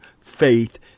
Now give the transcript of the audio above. faith